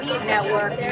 network